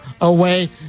away